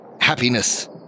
happiness